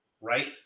Right